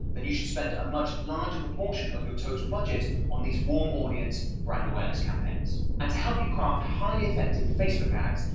then you should spend a much larger proportion of your total budget on these warm audience brand awareness campaigns. and to help you craft highly effective facebook ads,